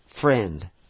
friend